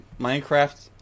Minecraft